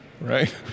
right